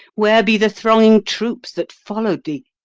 where be the thronging troops that follow'd thee?